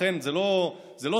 לכן זה לא סתם,